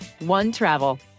OneTravel